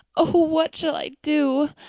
oh, what shall i do?